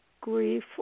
grief